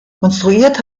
konstruiert